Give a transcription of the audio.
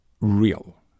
real